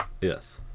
Yes